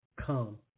come